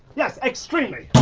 yes! extremely!